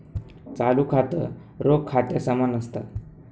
चालू खातं, रोख खात्या समान असत